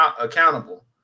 accountable